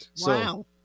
Wow